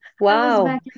wow